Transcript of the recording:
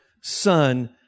Son